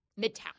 Midtown